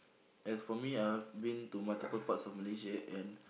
as for me I've been to multiple parts of Malaysia and